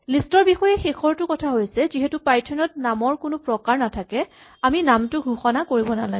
list ৰ বিষয়ে শেষৰ কথাটো হৈছে যিহেতু পাইথন ত নামৰ কোনো প্ৰকাৰ নাথাকে আমি নামটো ঘোষণা কৰিব নালাগে